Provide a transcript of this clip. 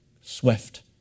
swift